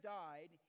died